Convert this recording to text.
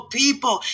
people